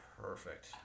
perfect